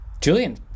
Julian